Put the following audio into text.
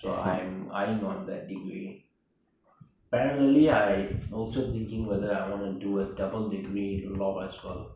I'm eyeing on that degree parallely I'm also thinking whether I want to do a double degree law as well